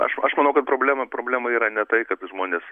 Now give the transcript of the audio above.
aš aš manau kad problema problema yra ne tai kad žmonės